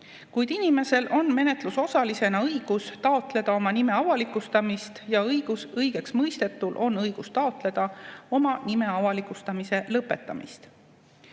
Kuid inimesel on menetlusosalisena õigus taotleda oma nime avalikustamist ja õigeksmõistetul on õigus taotleda oma nime avalikustamise lõpetamist.